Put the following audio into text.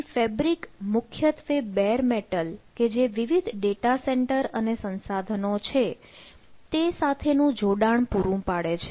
અહીં ફેબ્રિક મુખ્યત્વે bare metal કે જે વિવિધ ડેટા સેન્ટર અને સંસાધનો છે તે સાથેનું જોડાણ પૂરું પાડે છે